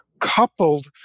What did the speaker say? Coupled